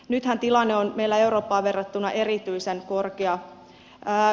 nythän tilanne on meillä eurooppaan verrattuna erityisen korkea